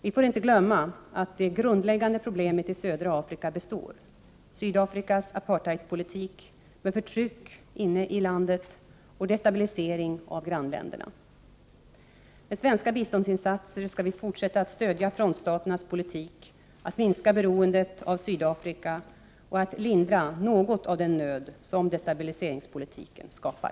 Vi får inte glömma att det grundläggande problemet i södra Afrika består: Sydafrikas apartheidpolitik med förtryck inne i landet och destabilisering av grannländerna. Med svenska biståndsinsatser skall vi fortsätta att stödja frontstaternas politik att minska beroendet av Sydafrika och att lindra något av den nöd som destabiliseringspolitiken skapar.